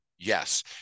Yes